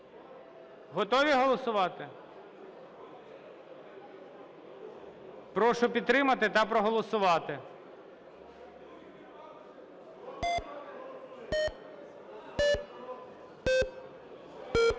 Готові голосувати? Прошу підтримати та проголосувати.